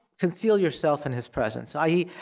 conceal yourself in his presence, i e,